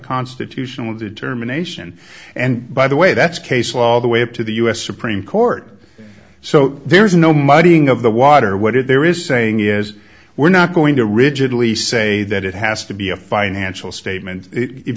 constitutional determination and by the way that's case law the way up to the u s supreme court so there's no muddying of the water what if there is saying is we're not going to rigidly say that it has to be a financial statement if